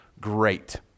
great